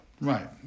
Right